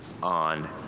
on